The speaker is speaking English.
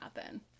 happen